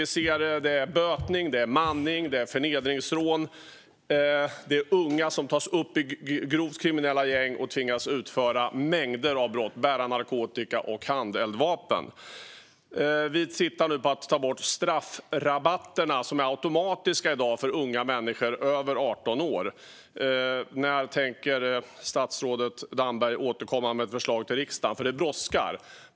Vi ser bötning, manning och förnedringsrån, och vi ser att unga tas upp i grovt kriminella gäng och tvingas utföra mängder av brott och bära narkotika och handeldvapen. Vi tittar nu på att ta bort straffrabatterna som är automatiska i dag för unga människor över 18 år. När tänker statsrådet Damberg återkomma med ett förslag till riksdagen? Det brådskar.